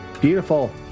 Beautiful